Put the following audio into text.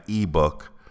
ebook